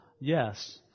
Yes